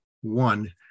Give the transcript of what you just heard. one